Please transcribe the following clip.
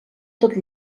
tot